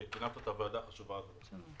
שכינסת את הוועדה הזאת.